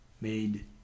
made